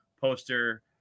poster